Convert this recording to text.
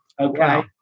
Okay